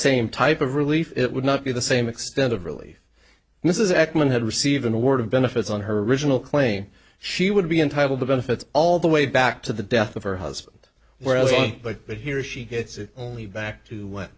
same type of relief it would not be the same extent of really this is ackman had received an award of benefits on her original claim she would be entitled to benefits all the way back to the death of her husband where else but but here she gets only back to when